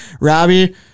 Robbie